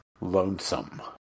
lonesome